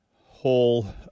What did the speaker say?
whole